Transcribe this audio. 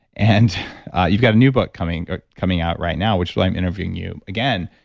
and you've got a new book coming ah coming out right now which why i'm interviewing you again.